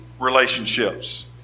relationships